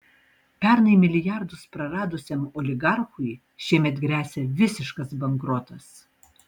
pernai milijardus praradusiam oligarchui šiemet gresia visiškas bankrotas